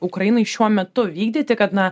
ukrainai šiuo metu vykdyti kad na